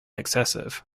excessive